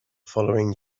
following